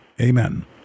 Amen